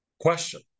question